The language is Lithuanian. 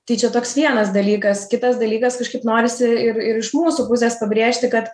tai čia toks vienas dalykas kitas dalykas kažkaip norisi ir ir iš mūsų pusės pabrėžti kad